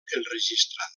enregistrada